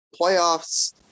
playoffs